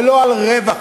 ולא על רווח,